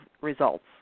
results